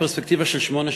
בפרספקטיבה של שמונה שנים,